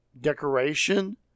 decoration